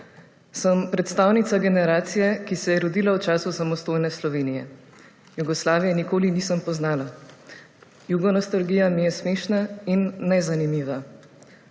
Sem predstavnica generacije, ki se je rodila v času samostojne Slovenije; Jugoslavije nikoli nisem poznala. Jugonostalgija mi je smešna in nezanimiva.